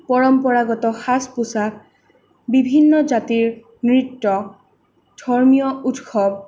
পৰম্পৰাগত সাজ পোচাক বিভিন্ন জাতিৰ নৃত্য ধৰ্মীয় উৎসৱ